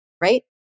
right